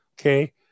Okay